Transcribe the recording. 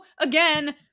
again